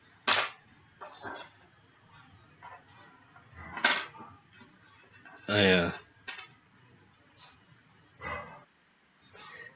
uh ya